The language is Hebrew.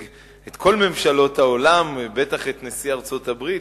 את כל ממשלות העולם ובטח את נשיא ארצות-הברית,